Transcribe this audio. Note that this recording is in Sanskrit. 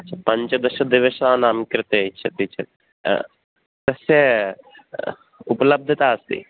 पञ्चदशदिवसानां कृते तस्य उपलभ्यता अस्ति